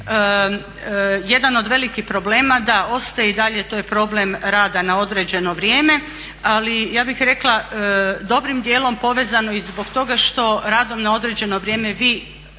Jedan od velikih problema da ostaje i dalje to je problem rada na određeno vrijeme, ali ja bih rekla dobrim dijelom povezano i zbog toga što radom na određeno vrijeme vi